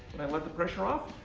and i let the pressure off,